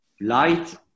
light